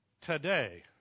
Today